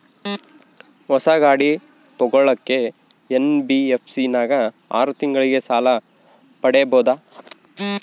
ಹೊಸ ಗಾಡಿ ತೋಗೊಳಕ್ಕೆ ಎನ್.ಬಿ.ಎಫ್.ಸಿ ನಾಗ ಆರು ತಿಂಗಳಿಗೆ ಸಾಲ ಪಡೇಬೋದ?